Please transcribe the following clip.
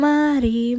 Mari